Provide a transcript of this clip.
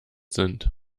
sind